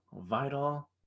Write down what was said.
vital